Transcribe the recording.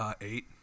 Eight